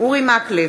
אורי מקלב,